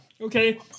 okay